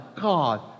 god